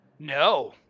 no